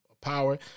power